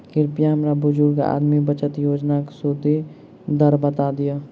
कृपया हमरा बुजुर्ग आदमी बचत योजनाक सुदि दर बता दियऽ